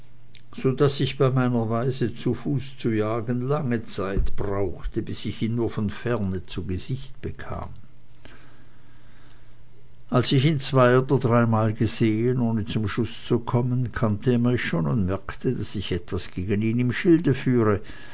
so daß ich bei meiner weise zu fuß zu jagen lange zeit brauchte bis ich ihn nur von ferne zu gesicht bekam als ich ihn zwei oder dreimal gesehen ohne zum schuß zu kommen kannte er mich schon und merkte daß ich gegen ihn etwas im schilde führe